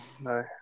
no